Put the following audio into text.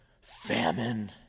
Famine